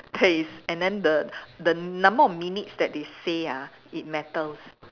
taste and then the the number of minutes that they say ah it matters